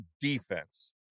defense